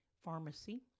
pharmacy